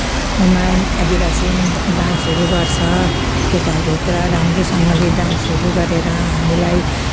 मायेम आदिवासी डा डान्सहरू गर्छ केटाहरू पुरा राम्रोसँगले डान्सहरू गरेर हामीलाई